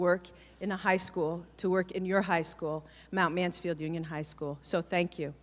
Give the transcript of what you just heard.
work in a high school to work in your high school mansfield union high school so thank you